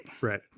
Right